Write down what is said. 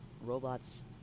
robots